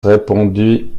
répondit